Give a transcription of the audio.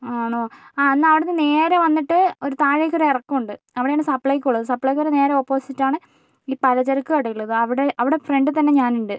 ആണോ ആ എന്നാൽ അവിടെ നിന്ന് നേരെ വന്നിട്ട് ഒരു താഴേക്ക് ഒരു ഇറക്കമുണ്ട് അവിടെ ആണ് സപ്ലൈകോ ഉള്ളത് സപ്ലൈകോയുടെ നേരെ ഓപ്പോസിറ്റാണ് ഈ പലചരക്ക് കടയുള്ളത് അവിടെ അവിടെ ഫ്രണ്ടിൽ തന്നെ ഞാനുണ്ട്